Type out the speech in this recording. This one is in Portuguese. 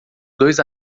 dois